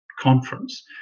conference